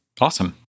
Awesome